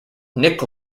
nick